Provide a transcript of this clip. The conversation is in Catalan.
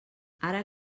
ara